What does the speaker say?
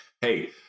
Hey